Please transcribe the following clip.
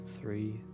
three